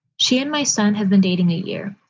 she and my son have been dating a year.